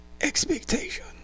expectation